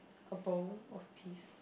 a bowl of peas